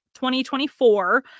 2024